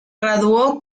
graduó